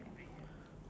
what mu~